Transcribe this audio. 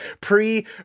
pre